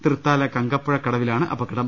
തൃത്താല കങ്കപ്പുഴക്കടവിലാണ് അപകടം